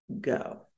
go